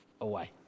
away